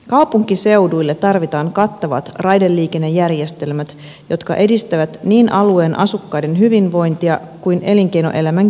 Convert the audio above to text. kaupunkiseuduille tarvitaan kattavat raideliikennejärjestelmät jotka edistävät niin alueen asukkaiden hyvinvointia kuin elinkeinoelämän kilpailukykyäkin